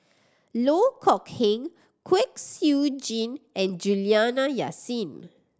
Loh Kok Heng Kwek Siew Jin and Juliana Yasin